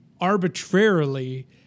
arbitrarily